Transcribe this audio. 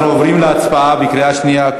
אנחנו עוברים להצבעה בקריאה שנייה,